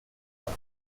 upon